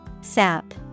Sap